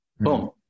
boom